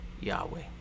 Yahweh